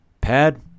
pad